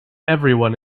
everyone